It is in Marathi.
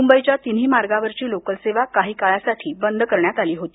मुंबईच्या तिन्ही मार्गावरची लोकल सेवा काही काळासाठी बंद करण्यात आली होती